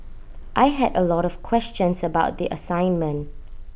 I had A lot of questions about the assignment